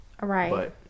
Right